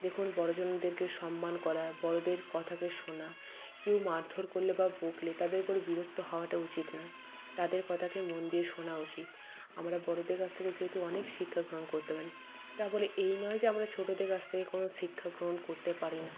দেখুন বড়োজনদেরকে সম্মান করা বড়দের কথাকে শোনা কেউ মারধর করলে বা বকলে তাদের উপরে বিরক্ত হওয়াটা উচিত নয় তাদের কথাকে মন দিয়ে শোনা উচিত আমরা বড়দের কাছ থেকে যেহেতু অনেক শিক্ষা গ্রহণ করতে পারি তা বলে এই নয় যে আমরা ছোটদের কাছ থেকে কোনো শিক্ষা গ্রহণ করতে পারি না